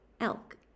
Elk